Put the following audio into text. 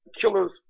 killers